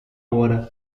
hora